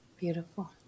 beautiful